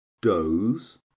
doze